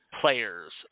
players